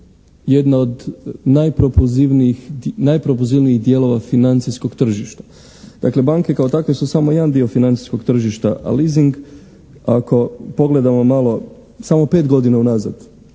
jedna od najpropozivnijih dijelova financijskog tržišta. Dakle, banke kao takve su samo jedan dio financijskog tržišta, a leasing ako pogledamo malo samo pet godina unazad